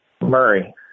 Murray